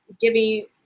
giving